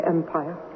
Empire